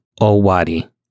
Owari